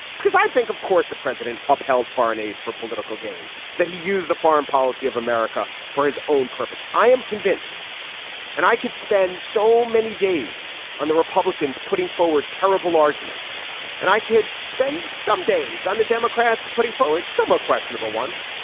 because i think, of course, the president upheld foreign aid for political gain, that he used the foreign policy of america for his own purpose. i am convinced and i could spend so many days on the republicans putting forward terrible arguments and i could spend some days on the democrats putting forward some ah questionable ones.